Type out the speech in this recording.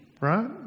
Right